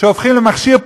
שהופכים למכשיר פוליטי,